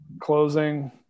closing